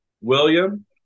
William